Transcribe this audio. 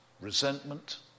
resentment